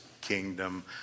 kingdom